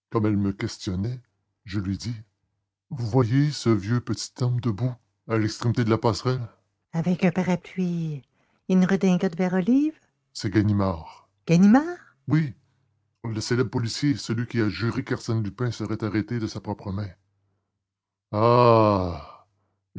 elle me questionnait je lui dis vous voyez ce vieux petit homme debout à l'extrémité de la passerelle avec un parapluie et une redingote vert olive c'est ganimard ganimard oui le célèbre policier celui qui a juré qu'arsène lupin serait arrêté de sa propre main ah